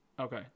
Okay